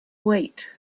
wait